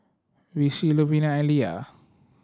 Vicy Louvenia and Lia